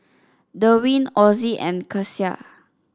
Derwin Ozie and Kecia